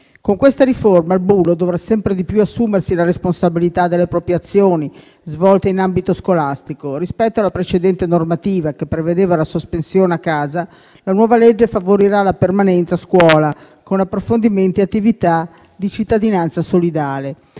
Con questa riforma il bullo dovrà sempre di più assumersi la responsabilità delle proprie azioni svolte in ambito scolastico. Rispetto alla precedente normativa che prevedeva la sospensione a casa, la nuova legge favorirà la permanenza a scuola con approfondimenti e attività di cittadinanza solidale.